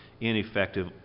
ineffective